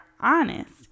Honest